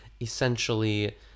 essentially